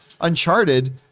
Uncharted